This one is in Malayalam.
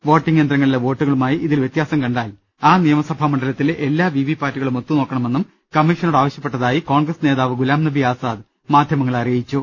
പോട്ടിംഗ് യന്ത്രങ്ങളിലെ വോട്ടുകളുമായി ഇതിൽ വ്യത്യാസം കണ്ടാൽ ആ നിയമ സഭാ മണ്ഡലത്തിലെ എല്ലാ വിവി പാറ്റുകളും ഒത്തുനോക്കണമെന്നും കമ്മീഷ നോട് ആവശ്യപ്പെട്ടതായി കോൺഗ്രസ് നേതാവ് ഗുലാംനബി ആസാദ് പിന്നീട് മാധ്യമങ്ങളെ അറിയിച്ചു